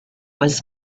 was